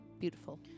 beautiful